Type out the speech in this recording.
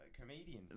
comedian